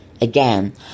again